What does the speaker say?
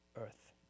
earth